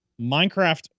Minecraft